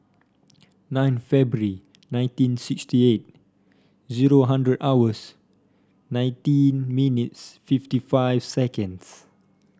nine February nineteen sixty eight zero hundred hours nineteen minutes fifty five seconds